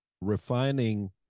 Refining